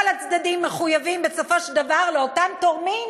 כל הצדדים מחויבים בסופו של דבר לאותם תורמים,